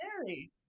scary